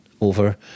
over